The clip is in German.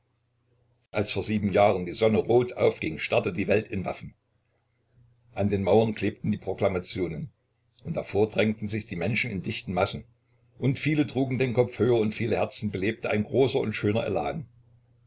als vor sieben jahren die sonne rot aufging starrte die welt in waffen an den mauern klebten die proklamationen und davor drängten sich die menschen in dichten massen und viele trugen den kopf höher und viele herzen belebte ein großer und schöner elan